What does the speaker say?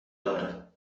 دارد